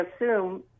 assume